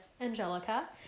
angelica